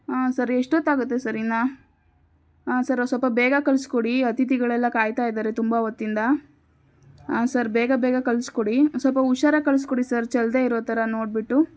ಹಾಂ ಸರ್ ಎಷ್ಟೋತ್ತಾಗುತ್ತೆ ಸರ್ ಇನ್ನು ಹಾಂ ಸರ್ ಒಂದು ಸ್ವಲ್ಪ ಬೇಗ ಕಳಿಸ್ಕೊಡಿ ಅತಿಥಿಗಳೆಲ್ಲ ಕಾಯ್ತಾ ಇದ್ದಾರೆ ತುಂಬ ಹೊತ್ತಿಂದ ಹಾಂ ಸರ್ ಬೇಗ ಬೇಗ ಕಳಿಸ್ಕೊಡಿ ಸ್ವಲ್ಪ ಹುಷಾರಾಗಿ ಕಳಿಸ್ಕೊಡಿ ಸರ್ ಚೆಲ್ಲದೆ ಇರೋ ಥರ ನೋಡಿಬಿಟ್ಟು